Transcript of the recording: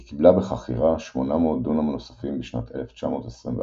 היא קיבלה בחכירה 800 דונם נוספים בשנת 1921,